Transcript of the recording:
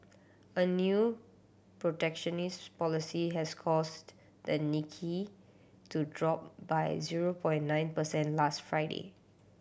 a new protectionist policy has caused the Nikkei to drop by zero point nine percent last Friday